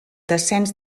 descens